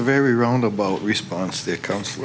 very roundabout response that comes from